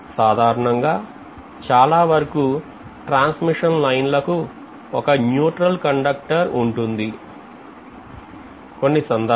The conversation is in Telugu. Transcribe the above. సాధారణంగా చాలావరకు ట్రాన్స్మిషన్ లైను లకు ఒక న్యూట్రల్ కండక్టర్ ఉంటుంది కొన్ని సందర్భాల్లో త్రీఫేజ్ లైన్ లో కూడా న్యూట్రల్ కండక్టర్ ఉంటుంది